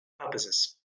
Purposes